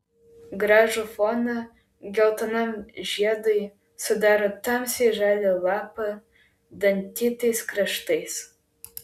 gražų foną geltonam žiedui sudaro tamsiai žali lapai dantytais kraštais